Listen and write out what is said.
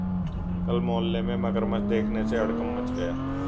कल मोहल्ले में मगरमच्छ देखने से हड़कंप मच गया